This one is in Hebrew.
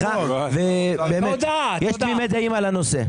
יש תמימות דעים על הנושא.